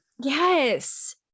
yes